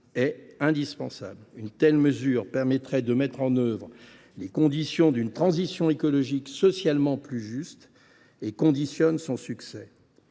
est indispensable. Une telle mesure permettrait de mettre en œuvre les modalités d’une transition écologique socialement plus juste et en conditionne le succès.